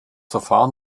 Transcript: verfahren